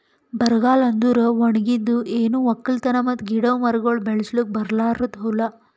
ಬರಗಾಲ ಅಂದುರ್ ಒಣಗಿದ್, ಏನು ಒಕ್ಕಲತನ ಮತ್ತ ಗಿಡ ಮರಗೊಳ್ ಬೆಳಸುಕ್ ಬರಲಾರ್ದು ಹೂಲಾ